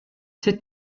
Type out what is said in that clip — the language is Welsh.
tud